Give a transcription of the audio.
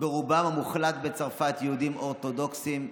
בצרפת רובם המוחלט יהודים אורתודוקסים.